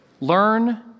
learn